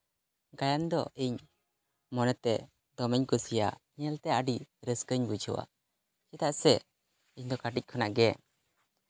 ᱜᱟᱭᱟᱱ ᱫᱚ ᱤᱧ ᱢᱚᱱᱮᱛᱮ ᱫᱚᱢᱮᱧ ᱠᱩᱥᱤᱭᱟᱜ ᱧᱮᱞᱛᱮ ᱟᱹᱰᱤ ᱨᱟᱹᱥᱠᱟᱹᱧ ᱵᱩᱡᱷᱟᱹᱣᱟ ᱪᱮᱫᱟᱜ ᱥᱮ ᱤᱧ ᱫᱚ ᱠᱟᱹᱴᱤᱡ ᱠᱷᱚᱱᱟᱜ ᱜᱮ